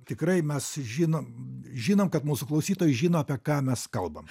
tikrai mes žinom žinom kad mūsų klausytojai žino apie ką mes kalbam